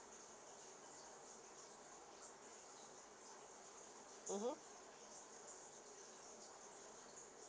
mmhmm